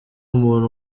umuntu